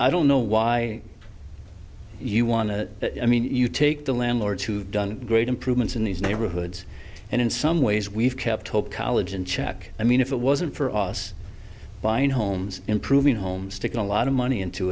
i don't know why you want to you take the landlords who done great improvements in these neighborhoods and in some ways we've kept hope college in check i mean if it wasn't for us buying homes improving home sticking a lot of money into